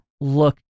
look